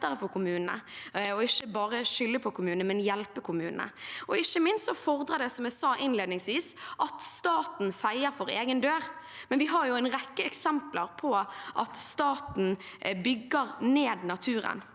for kommunene – at man ikke bare skylder på kommunene, men hjelper dem. Ikke minst fordrer det, som jeg sa innledningsvis, at staten feier for egen dør. Vi har jo en rekke eksempler på at staten bygger ned naturen.